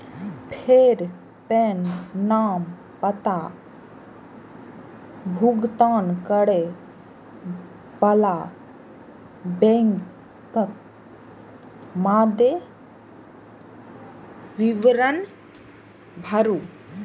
फेर पेन, नाम, पता, भुगतान करै बला बैंकक मादे विवरण भरू